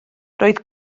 roedd